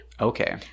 Okay